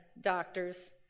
doctors